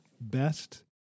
best